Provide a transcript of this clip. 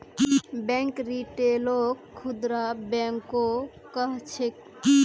bank रिटेलक खुदरा बैंको कह छेक